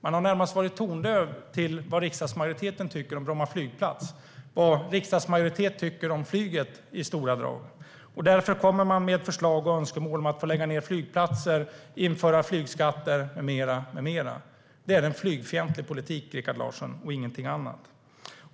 Man har varit närmast tondöv när det gäller vad riksdagsmajoriteten tycker om Bromma flygplats och om flyget i stora drag. Därför kommer man med förslag och önskemål om att få lägga ned flygplatser, införa flygskatter med mera. Det är en flygfientlig politik, Rikard Larsson, ingenting annat.